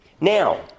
Now